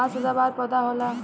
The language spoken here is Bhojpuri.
बांस सदाबहार पौधा होला